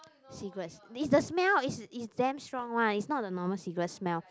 cigarette is the smell is is damn strong one is not the normal cigarette smell